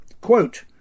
Quote